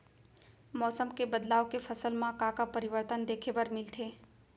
मौसम के बदलाव ले फसल मा का का परिवर्तन देखे बर मिलथे?